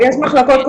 יש מחלקות,